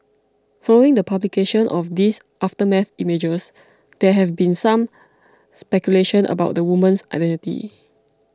following the publication of these aftermath images there have been some speculation about the woman's identity